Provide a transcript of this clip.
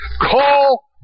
call